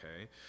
okay